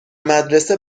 مدرسه